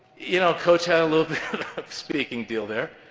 you know, coach had a little speaking deal there,